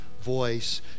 voice